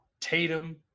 Tatum